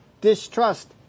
distrust